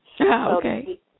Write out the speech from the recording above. okay